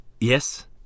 Yes